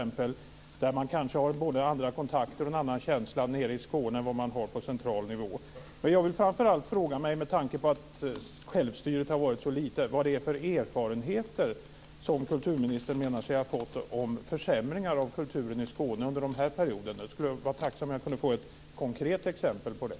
Man har kanske både andra kontakter och en annan känsla nere i Skåne än vad som finns på central nivå. Med tanke på att självstyret har varit så litet vill jag fråga vad det är för erfarenheter som kulturministern anser sig ha fått när det gäller försämringar av kulturen i Skåne under den här perioden. Jag vore tacksam om jag kunde få ett konkret exempel på det.